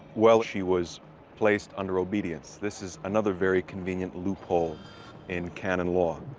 well, she was placed under obedience. this is another very convenient loophole in canon law.